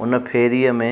उन फेरीअ में